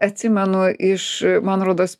atsimenu iš man rodos